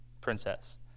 princess